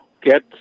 get